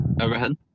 Overhead